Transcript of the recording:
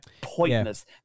pointless